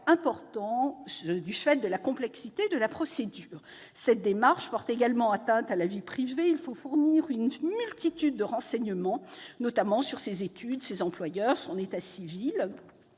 élevés du fait de la complexité de la procédure. Cette démarche porte également atteinte à la vie privée : il faut fournir une multitude de renseignements, notamment sur ses études, ses employeurs, son état civil.